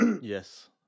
Yes